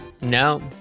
No